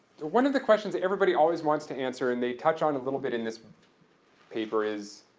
one of the questions that everybody always wants to answer and they touch on a little bit in this paper is,